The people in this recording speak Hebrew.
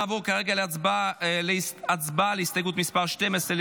נעבור להצבעה על הסתייגות מס' 12,